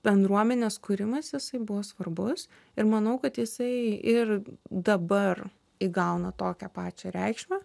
bendruomenės kūrimas jisai buvo svarbus ir manau kad jisai ir dabar įgauna tokią pačią reikšmę